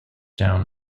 down